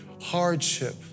hardship